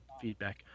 feedback